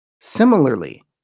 Similarly